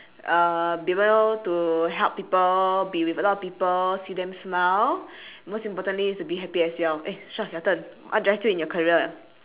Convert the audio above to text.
uh be able to help people be with a lot of people see them smile most importantly is to be happy as well eh sher your turn what drives you in your career